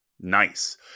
Nice